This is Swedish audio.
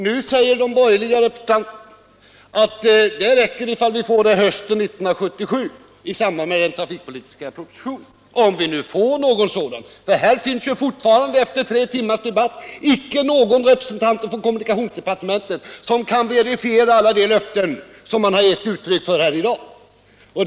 Nu säger de borgerliga att det räcker om vi får en sådan plan hösten 1977 i samband med den trafikpolitiska propositionen — om vi nu får en sådan. Fortfarande är nämligen efter tre timmars debatt icke kommunikationsdepartementets representant närvarande här i kammaren så att han kan verifiera alla de löften som vi i dag kunnat möta.